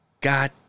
God